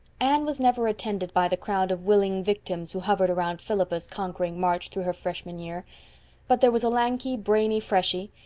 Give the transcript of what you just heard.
anne was never attended by the crowd of willing victims who hovered around philippa's conquering march through her freshman year but there was a lanky, brainy freshie,